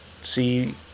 see